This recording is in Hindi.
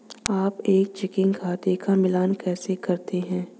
आप एक चेकिंग खाते का मिलान कैसे करते हैं?